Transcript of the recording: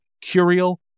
curial